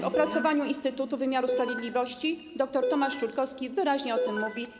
W opracowaniu Instytutu Wymiaru Sprawiedliwości dr Tomasz Czułowski wyraźnie o tym mówi.